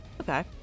Okay